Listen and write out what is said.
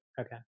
Okay